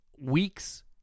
weeks